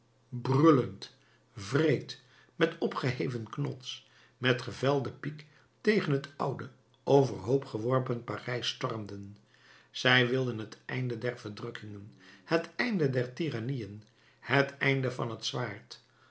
brullend wreed met opgeheven knots met gevelden piek tegen het oude overhoop geworpen parijs stormden zij wilden het einde der verdrukkingen het einde der tyrannieën het einde van het zwaard